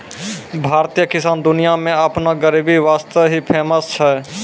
भारतीय किसान दुनिया मॅ आपनो गरीबी वास्तॅ ही फेमस छै